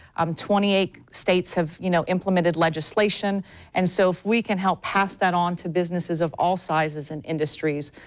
um twenty eight states have you know implemented legislation and so if we can help pass that on to businesses of all sizes and industries,